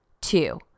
Two